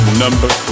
number